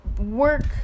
work